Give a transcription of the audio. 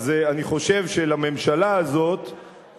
אז אני חושב שלממשלה הזאת,